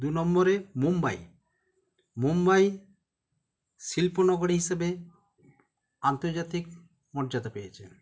দু নম্বরে মুম্বাই মুম্বাই শিল্পনগরী হিসেবে আন্তর্জাতিক মর্যাদা পেয়েছে